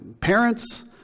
parents